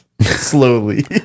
slowly